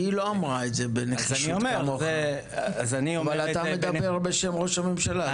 היא לא אמרה את זה בנחישות כמוך אבל אתה מדבר בשם ראש הממשלה,